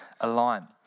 align